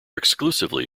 exclusively